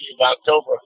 October